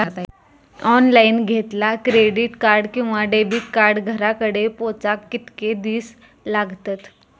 Online घेतला credit card किंवा debit card घराकडे पोचाक कितके दिस लागतत?